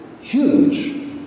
huge